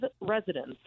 residents